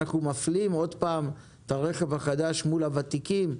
אנחנו שוב מפלים את הרכב החדש מול הוותיקים.